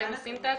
בוודאי.